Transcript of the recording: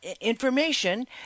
information